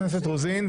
חברת הכנסת רוזין,